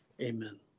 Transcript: Amen